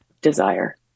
desire